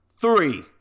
three